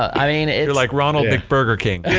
i mean it's like ronald big burger king.